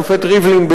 השופט ריבלין,